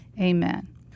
Amen